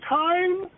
time –